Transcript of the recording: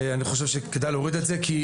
לדעתי, כדאי להוריד את המקרים החריגים.